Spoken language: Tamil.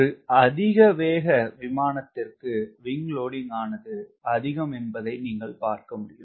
ஒரு அதிக வேக விமானத்திற்கு WS ஆனது அதிகம் என்பதை நீங்கள் பார்க்க முடியும்